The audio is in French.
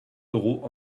euros